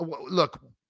look